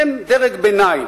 מעין דרג ביניים.